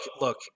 look